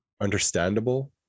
understandable